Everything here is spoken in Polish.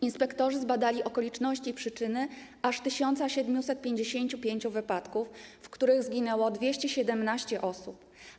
Inspektorzy zbadali okoliczności i przyczyny aż 1755 wypadków, w których zginęło 217 osób.